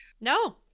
No